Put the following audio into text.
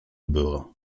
było